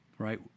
Right